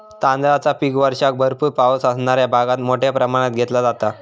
तांदळाचा पीक वर्षाक भरपूर पावस असणाऱ्या भागात मोठ्या प्रमाणात घेतला जाता